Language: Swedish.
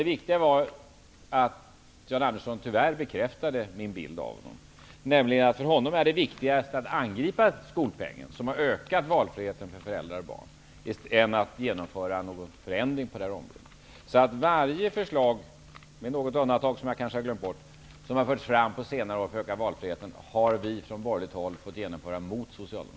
Det viktiga var att Jan Andersson tyvärr bekräftade min bild av honom. För honom är det viktigare att angripa skolpengen, som har ökat valfriheten för föräldrar och barn, än att genomföra någon förändring på detta område. Varje förslag, med något undantag som jag kanske har glömt bort, som har förts fram på senare år för att öka valfriheten har vi från borgerligt håll fått genomföra under motstånd från